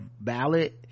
ballot